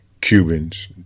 Cubans